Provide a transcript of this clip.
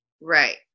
Right